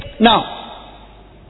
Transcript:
Now